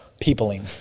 Peopling